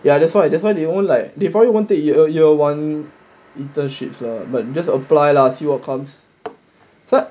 ya that's why that's why they all like they probably wont take year one internship lah but you just apply lah see what comes so